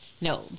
no